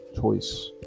choice